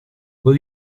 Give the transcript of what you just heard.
will